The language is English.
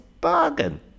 bargain